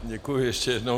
Děkuji ještě jednou.